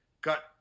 got